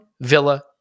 Villa